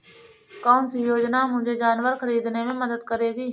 कौन सी योजना मुझे जानवर ख़रीदने में मदद करेगी?